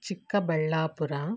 Chikkaballapur